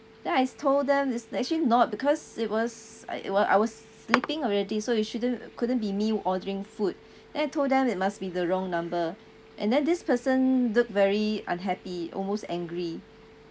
then I told them it's actually not because it was uh I was I was sleeping already so it shouldn't couldn't be me ordering food then I told them it must be the wrong number and then this person looked very unhappy almost angry